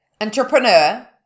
entrepreneur